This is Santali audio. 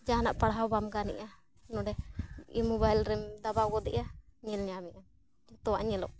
ᱡᱟᱦᱟᱱᱟᱜ ᱯᱟᱲᱦᱟᱣ ᱵᱟᱢ ᱜᱟᱱᱮᱜᱼᱟ ᱱᱚᱸᱰᱮ ᱤᱭᱟᱹ ᱢᱳᱵᱟᱭᱤᱞ ᱨᱮᱢ ᱫᱟᱵᱟᱣ ᱜᱚᱫᱮᱜᱼᱟ ᱧᱮᱞ ᱧᱟᱢᱮᱜᱼᱟ ᱡᱚᱛᱚᱣᱟᱜ ᱧᱮᱞᱚᱜ ᱠᱟᱱᱟ